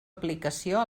aplicació